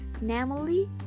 namely